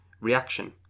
Reaction